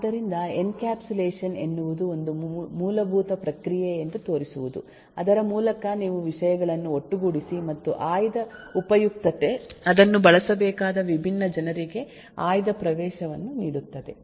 ಆದ್ದರಿಂದ ಎನ್ಕ್ಯಾಪ್ಸುಲೇಷನ್ ಎನ್ನುವುದು ಒಂದು ಮೂಲಭೂತ ಪ್ರಕ್ರಿಯೆ ಎಂದು ತೋರಿಸುವುದು ಅದರ ಮೂಲಕ ನೀವು ವಿಷಯಗಳನ್ನು ಒಟ್ಟುಗೂಡಿಸಿ ಮತ್ತು ಆಯ್ದ ಉಪಯುಕ್ತತೆ ಅದನ್ನು ಬಳಸಬೇಕಾದ ವಿಭಿನ್ನ ಜನರಿಗೆ ಆಯ್ದ ಪ್ರವೇಶವನ್ನು ನೀಡುತ್ತದೆ